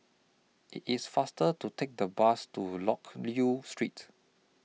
IT IS faster to Take The Bus to Loke Yew Streets